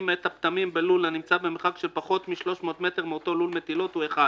את הפטמים בלול הנמצא במרחק של פחות מ-300 מטר מאותו לול מטילות הוא 1,